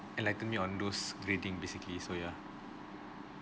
enlighten me on those grading basically so yeah